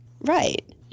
right